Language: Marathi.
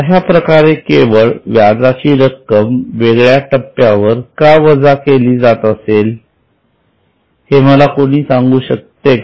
अशाप्रकारे केवळ व्याजाची रक्कम वेगळ्या टप्प्यावर का वजा केली जात असेल हे मला कोणी सांगू शकते का